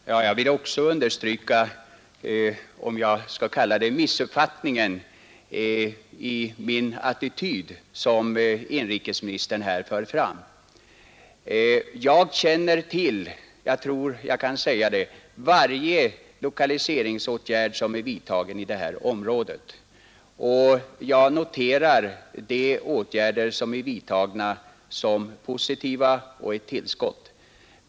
Herr talman! Jag vill också påpeka den missuppfattning — om jag skall kalla det så — av attityden som kom till uttryck i inrikesministerns anförande. Jag känner till — jag tror jag kan säga det — varje lokaliseringsåtgärd som är vidtagen i det här området, och jag noterar de vidtagna åtgärderna som positiva och som ett tillskott.